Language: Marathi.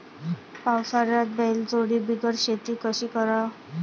पावसाळ्यात बैलजोडी बिगर शेती कशी कराव?